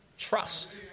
trust